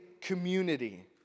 community